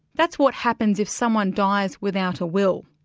that's what happens if someone dies without a will.